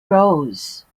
rose